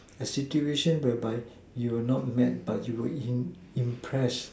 a situation whereby you were not mad but you were impressed